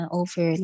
over